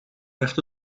werd